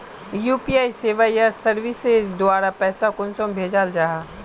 UPI सेवाएँ या services द्वारा पैसा कुंसम भेजाल जाहा?